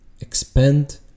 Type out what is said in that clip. expand